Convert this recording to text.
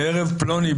בערב פלוני,